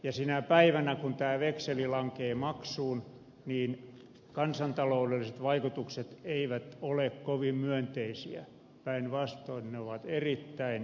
ja sinä päivänä kun tämä vekseli lankeaa maksuun niin kansantaloudelliset vaikutukset eivät ole kovin myönteisiä päinvastoin ne ovat erittäin kielteisiä